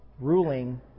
ruling